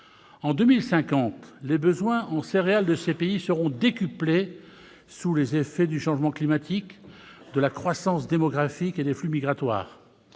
en 2050, les besoins en céréales auront décuplé sous les effets du changement climatique, de la croissance démographique et des flux migratoires.